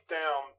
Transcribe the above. down